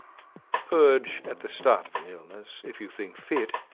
purge at the start of an illness if you think fit,